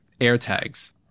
AirTags